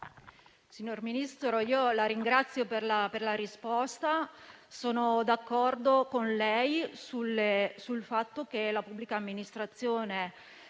Signor Ministro, la ringrazio per la risposta. Sono d'accordo con lei sul fatto che la pubblica amministrazione